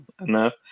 enough